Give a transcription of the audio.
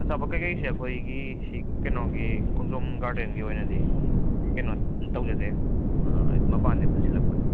ꯑꯆꯥꯄꯣꯠ ꯀꯩꯀꯩꯁꯦ ꯑꯩꯈꯣꯏꯒꯤꯁꯤ ꯀꯩꯅꯣꯒꯤ ꯈꯣꯡꯖꯣꯝ ꯒꯥꯔꯗꯦꯟꯒꯤ ꯑꯣꯏꯅꯗꯤ ꯀꯩꯅꯣ ꯇꯧꯖꯗꯦ ꯃꯄꯥꯟꯗꯩ ꯄꯨꯁꯤꯜꯂꯛꯄꯗꯣ